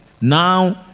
Now